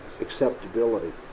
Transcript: acceptability